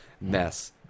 mess